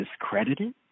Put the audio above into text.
discredited